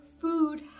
food